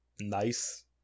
Nice